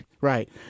Right